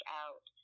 out